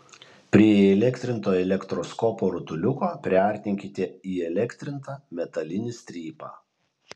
prie įelektrinto elektroskopo rutuliuko priartinkite įelektrintą metalinį strypą